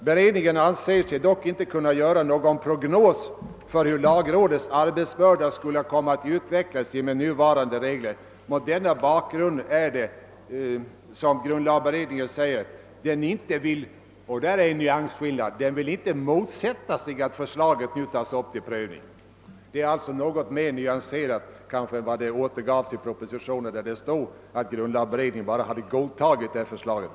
Beredningen anser sig emellertid inte kunna göra någon prognos för hur lagrådets arbetsbörda kommer att utveckla sig med nuvarande regler. Mot denna bakgrund säger sig grundlagberedningen inte vilja — här är det en nyans skillnad — »motsätta sig att förslaget nu tas upp till prövning». Det är något mer nyanserat än i propositionen där det heter att grundlagberedningen hade godtagit förslaget.